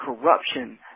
corruption